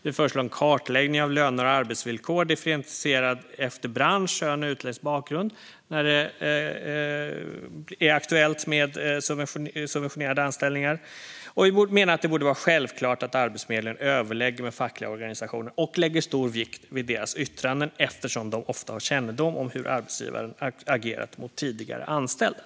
Vi föreslår en kartläggning av löner och arbetsvillkor, differentierad efter bransch och utländsk bakgrund, när det är aktuellt med subventionerade anställningar. Vi menar att det borde vara självklart att Arbetsförmedlingen överlägger med fackliga organisationer och lägger stor vikt vid deras yttranden, eftersom de ofta har kännedom om hur arbetsgivaren agerat mot tidigare anställda.